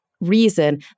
reason